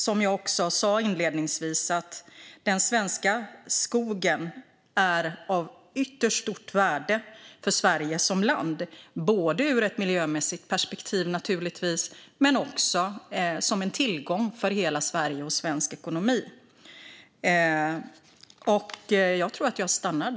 Som jag också sa inledningsvis är den svenska skogen av ytterst stort värde för Sverige som land, både ur ett miljömässigt perspektiv naturligtvis och som en tillgång för hela Sverige och för svensk ekonomi.